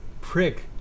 prick